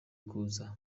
kuza